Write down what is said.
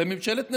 בממשלת נתניהו.